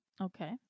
Okay